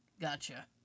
Gotcha